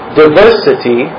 diversity